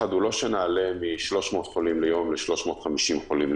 הפחד הוא לא שנעלה מ-300 חולים ביום ל-350 ביום,